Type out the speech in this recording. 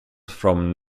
from